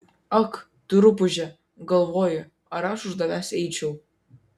ak tu rupūže galvoju ar aš už tavęs eičiau